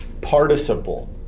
participle